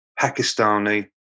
Pakistani